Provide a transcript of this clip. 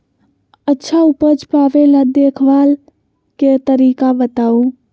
अच्छा उपज पावेला देखभाल के तरीका बताऊ?